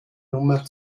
nummer